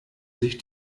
sich